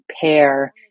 pair